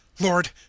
Lord